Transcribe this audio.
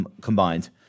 combined